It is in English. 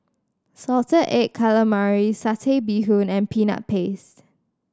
salted egg calamari Satay Bee Hoon and Peanut Paste